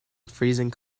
freezing